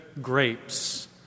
grapes